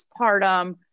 postpartum